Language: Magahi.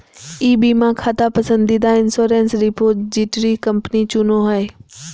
ई बीमा खाता पसंदीदा इंश्योरेंस रिपोजिटरी कंपनी चुनो हइ